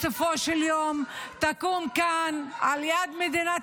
בסופו של יום תקום כאן על יד מדינת